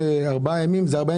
ארבעה ימים זה קבוע,